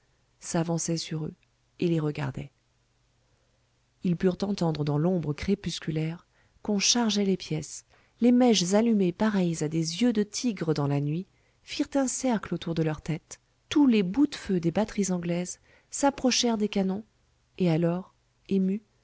s'avançait sur eux et les regardait ils purent entendre dans l'ombre crépusculaire qu'on chargeait les pièces les mèches allumées pareilles à des yeux de tigre dans la nuit firent un cercle autour de leurs têtes tous les boute feu des batteries anglaises s'approchèrent des canons et alors ému